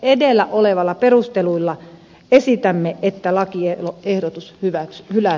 edellä olevilla perusteluilla esitämme että la cierva ehdotus hyväksy hyvä